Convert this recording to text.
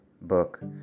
book